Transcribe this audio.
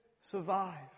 survive